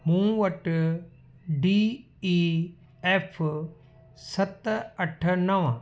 मूं वटि D E F सत अठ नव